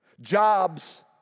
jobs